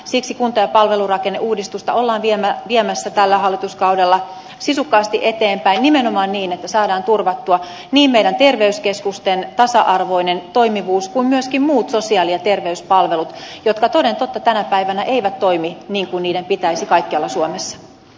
siksi kunta ja palvelurakenneuudistusta ollaan viemässä tällä hallituskaudella sisukkaasti eteenpäin nimenomaan niin että saadaan turvattua niin terveyskeskusten tasa arvoinen toimivuus kuin myöskin muut sosiaali ja terveyspalvelut jotka toden totta tänä päivänä eivät toimi niin kuin niiden pitäisi kaikkialla suomessa